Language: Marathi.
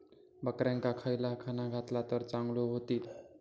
बकऱ्यांका खयला खाणा घातला तर चांगल्यो व्हतील?